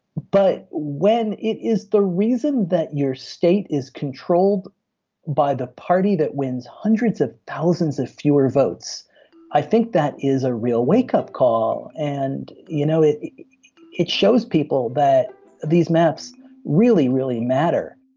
but when it is the reason that your state is controlled by the party that wins hundreds of thousands of fewer votes i think that is a real wakeup call. and you know it it shows people that these maps really really matter